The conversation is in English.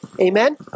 Amen